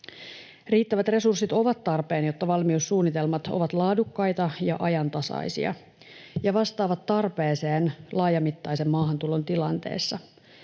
Riittävät resurssit ovat tarpeen, jotta valmiussuunnitelmat ovat laadukkaita ja ajantasaisia ja vastaavat tarpeeseen laajamittaisen maahantulon tilanteessa.